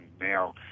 now